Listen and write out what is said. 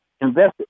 invested